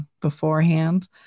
beforehand